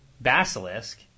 basilisk